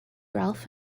ralph